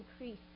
increase